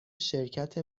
شرکت